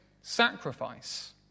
sacrifice